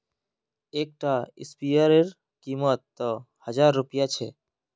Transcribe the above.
एक टा स्पीयर रे कीमत त हजार रुपया छे